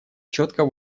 четко